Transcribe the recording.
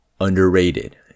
underrated